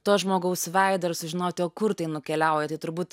to žmogaus veidą ir sužinoti o kur tai nukeliauja tai turbūt